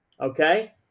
Okay